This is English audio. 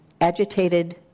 agitated